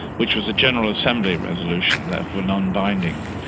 which was a general assembly resolution, therefore non-binding,